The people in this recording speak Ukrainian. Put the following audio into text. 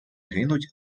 гинуть